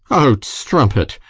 out, strumpet!